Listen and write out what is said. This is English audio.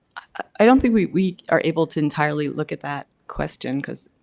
i don't think we we are able to entirely look at that question, because